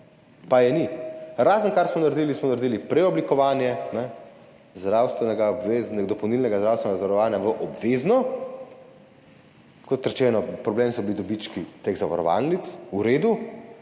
pa ni. Edino, kar smo naredili, smo naredili preoblikovanje dopolnilnega zdravstvenega zavarovanja v obvezno. Kot rečeno, problem so bili dobički teh zavarovalnic. V redu.